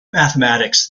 mathematics